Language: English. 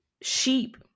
sheep